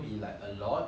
that you will be